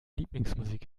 lieblingsmusik